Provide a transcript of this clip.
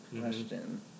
question